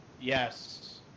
Yes